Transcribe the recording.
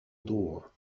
door